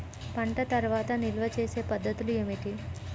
పంట తర్వాత నిల్వ చేసే పద్ధతులు ఏమిటి?